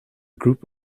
group